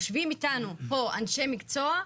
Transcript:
יושבים איתנו פה אנשי מקצוע,